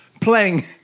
playing